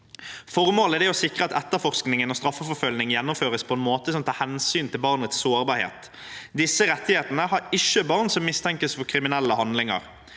Formålet er å sikre at etterforskning og straffeforfølging gjennomføres på en måte som tar hensyn til barnets sårbarhet. Disse rettighetene har ikke barn som mistenkes for kriminelle handlinger.